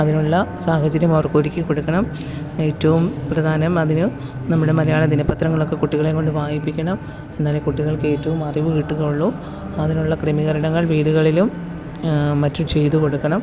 അതിനുള്ള സാഹചര്യം അവര്ക്കൊരുക്കി കൊടുക്കണം ഏറ്റവും പ്രധാനം അതിന് നമ്മുടെ മലയാള ദിനപ്പത്രങ്ങളൊക്കെ കുട്ടികളെക്കൊണ്ട് വായിപ്പിക്കണം എന്നാലെ കുട്ടികള്ക്ക് ഏറ്റവും അറിവ് കിട്ടുകയുള്ളു അതിനുള്ള ക്രമീകരണങ്ങള് വീടുകളിലും മറ്റും ചെയ്ത് കൊടുക്കണം